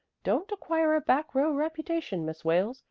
don't acquire a back row reputation, miss wales.